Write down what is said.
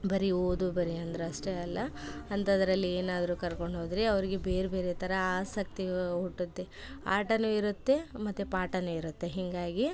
ಬರೀ ಓದು ಬರೆ ಅಂದ್ರೆ ಅಷ್ಟೇ ಅಲ್ಲ ಅಂಥದ್ದರಲ್ಲಿ ಏನಾದರು ಕರ್ಕೊಂಡು ಹೋದರೆ ಅವರಿಗೆ ಬೇರೆ ಬೇರೆ ಥರ ಆಸಕ್ತಿ ಹುಟ್ಟುತ್ತೆ ಆಟವು ಇರುತ್ತೆ ಮತ್ತು ಪಾಟವೂ ಇರುತ್ತೆ ಹೀಗಾಗಿ